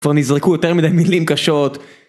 כבר נזרקו יותר מדי מילים קשות